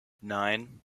nine